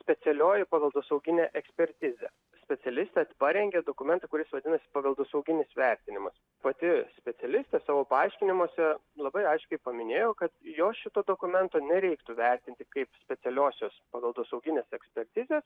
specialioji paveldosauginė ekspertizė specialistė parengė dokumentą kuris vadinasi paveldosauginis vertinimas pati specialistė savo paaiškinimuose labai aiškiai paminėjo kad jos šito dokumento nereiktų vertinti kaip specialiosios paveldosauginės ekspertizės